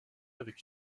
avec